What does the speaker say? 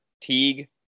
Teague